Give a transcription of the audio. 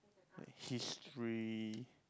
history